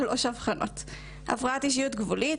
שלוש אבחנות: הפרעת אישיות גבולית,